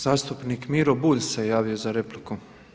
Zastupnik Miro Bulj se javio za repliku.